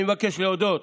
אני מבקש להודות